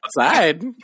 outside